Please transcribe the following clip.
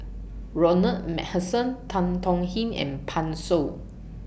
Ronald MacPherson Tan Tong Hye and Pan Shou